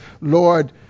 Lord